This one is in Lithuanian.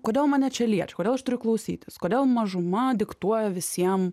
kodėl mane čia liečia kodėl aš turiu klausytis kodėl mažuma diktuoja visiems